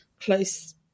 close